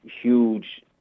huge